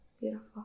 beautiful